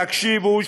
תקשיבו,